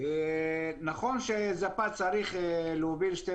צריך בשביל זה אישור